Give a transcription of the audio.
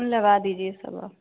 लगा दीजिये सब आप